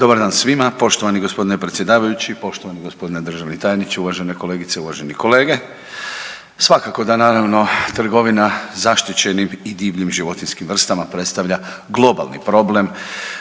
Dobar dan svima, poštovani g. predsjedavajući, poštovani g. državni tajniče, uvažene kolegice i uvaženi kolege. Svakako da naravno trgovina zaštićenim i divljim životinjskim vrstama predstavlja globalni problem.